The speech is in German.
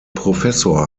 professor